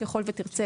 ככל ותרצה,